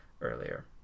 earlier